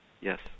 Yes